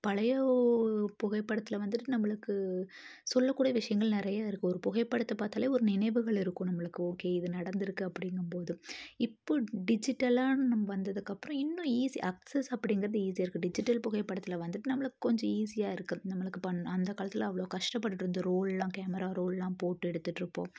பழைய புகைப்படத்தில் வந்துட்டு நம்மளுக்கு சொல்லக்கூடிய விஷயங்கள் நிறையா இருக்கும் ஒரு புகைப்படத்தை பார்த்தாலே ஒரு நினைவுகள் இருக்கும் நம்மளுக்கு ஓகே இது நடந்திருக்கு அப்படிங்கம்போது இப்போது டிஜிட்டலெல்லாம் நம்ம வந்ததுக்கப்புறோம் இன்னும் ஈஸி அக்சஸ் அப்படிங்கறது ஈஸியாக இருக்குது டிஜிட்டல் புகைப்படத்தில் வந்துட்டு நம்மளுக்கு கொஞ்சம் ஈஸியாக இருக்கிறது நம்மளுக்கு பண் அந்த காலத்தில் அவ்வளோ கஷ்டப்பட்டுடிட்ருந்தோம் ரோல்லாம் கேமரா ரோல்லாம் போட்டு எடுத்துகிட்ருப்போம்